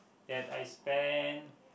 that I spend